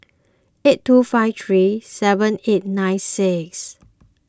eight two five three seven eight nine six